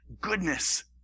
goodness